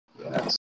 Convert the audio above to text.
Yes